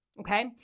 okay